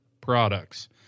products